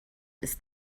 ist